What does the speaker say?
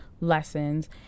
lessons